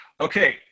Okay